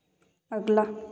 अगला